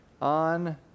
on